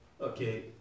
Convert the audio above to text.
okay